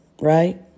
right